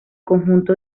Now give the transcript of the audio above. conjunto